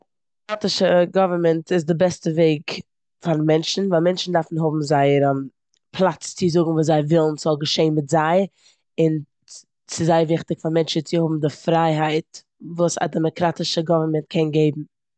דעמאקראטישע גאווערנמענט איז די בעסטע וועג פאר מענטשן ווייל מענטשן דארפן האבן זייער פלאץ צו זאגן וואס זיי ווילן ס'זאל געשען מיט זיי און ס'איז זייער וויכטיג פאר מענטשן צו האבן די פרייהייט וואס א דעמאקראטישע גאווערנמענט קען געבן.